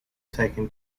taken